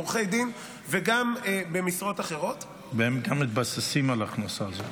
עורכי דין וגם במשרות אחרות -- והם גם מתבססים על ההכנסה הזאת.